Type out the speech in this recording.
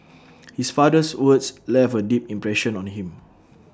his father's words left A deep impression on him